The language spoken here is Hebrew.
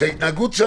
ההתנהגות.